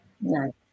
no